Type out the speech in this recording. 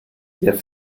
der